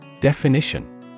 Definition